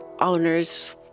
owners